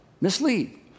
mislead